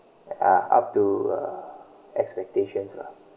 uh up to uh expectations lah